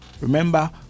Remember